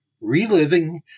Reliving